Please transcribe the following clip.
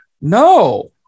no